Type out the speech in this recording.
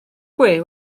gwe